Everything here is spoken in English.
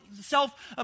self